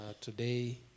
Today